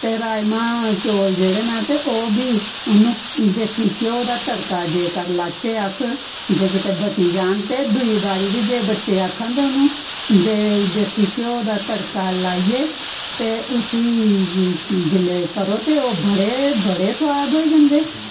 ते राजमां चौल जेह्ड़े नै ते ओह् बी उनू देस्सी घ्यो दा तड़का जेकर लाच्चे अस जे कितै बची जान ते दुई बारी बी जे बच्चे ते उन्नू देस्सी घ्यो दा तड़का लाईये ते उसी जेल्ले करो ते ओ बड़े बड़े सोआद होई जंदे